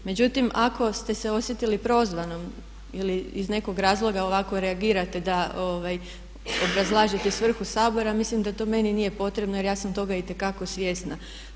Međutim ako ste se osjetili prozvanom ili iz nekog razloga ovako reagirate da obrazlažete svrhu Sabora, mislim da to meni nije potrebno jer ja sam toga itekako svjesna.